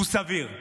הוא סביר.